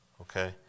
Okay